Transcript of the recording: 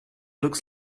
looks